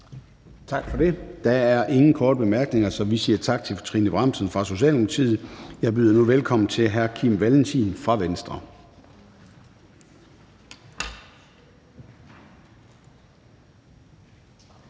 Tak for det. Der er ingen korte bemærkninger, så vi siger tak til fru Trine Bramsen fra Socialdemokratiet. Jeg byder nu velkommen til hr. Kim Valentin fra Venstre.